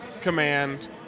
command